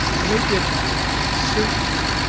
make it certainly.